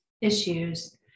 issues